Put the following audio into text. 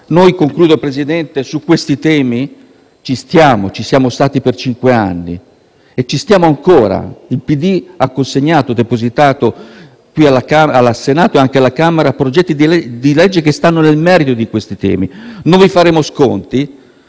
In conclusione, su questi temi ci siamo stati per cinque anni e ci stiamo ancora. Il PD ha consegnato e depositato qui al Senato e anche alla Camera progetti di legge che entravano nel merito di questi temi. Non vi faremo sconti